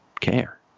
care